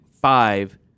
five